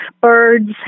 birds